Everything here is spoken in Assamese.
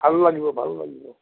ভাল লাগিব ভাল লাগিব